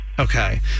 Okay